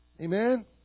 Amen